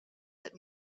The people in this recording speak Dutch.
het